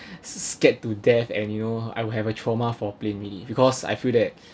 scared to death I knew I will have a trauma for plane really because I feel that